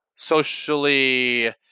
socially